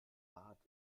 badisch